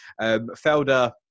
Felder